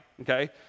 okay